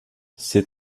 ces